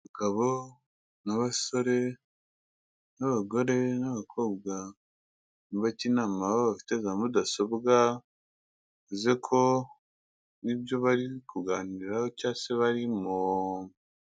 Abagabo n'abasore n'abagore n'abakobwa bajya inama bafite za mudasobwa, bivuze ko hari ibyo bari kuganiraho cyangwa se barimo.